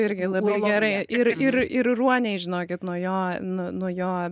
irgi labai gerai ir ir ir ruoniai žinokit nuo jo nuo jo